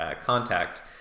contact